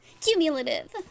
Cumulative